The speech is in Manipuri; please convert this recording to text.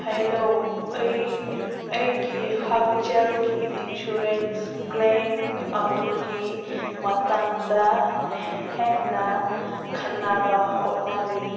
ꯍꯩꯜꯂꯣ ꯑꯩ ꯑꯩꯒꯤ ꯍꯛꯁꯦꯜꯒꯤ ꯏꯟꯁꯨꯔꯦꯟꯁ ꯀ꯭ꯂꯦꯝ ꯑꯗꯨꯒꯤ ꯃꯇꯥꯡꯗ ꯍꯦꯟꯅ ꯈꯪꯅꯕ ꯍꯣꯠꯅꯔꯤ